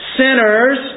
sinners